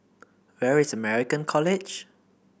where is American College